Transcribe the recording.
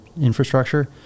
infrastructure